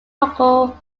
local